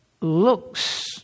looks